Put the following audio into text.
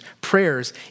prayers